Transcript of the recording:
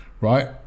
right